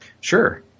Sure